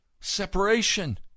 separation